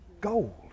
Gold